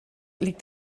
liegt